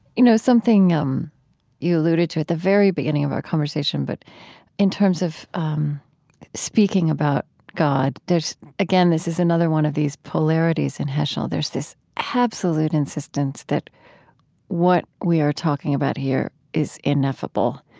you know something um you alluded to at the very beginning of our conversation, but in terms of speaking about god again, this is another one of these polarities in heschel there's this absolute insistence that what we are talking about here is ineffable,